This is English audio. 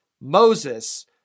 Moses